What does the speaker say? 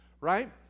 Right